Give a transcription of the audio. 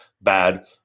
bad